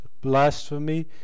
blasphemy